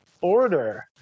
order